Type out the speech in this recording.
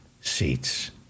seats